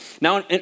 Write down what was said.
Now